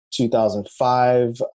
2005